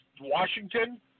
Washington